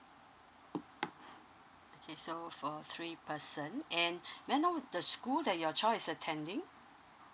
okay so for three person and may I know the school that your child is attending